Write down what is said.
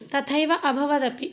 तथैव अभवदपि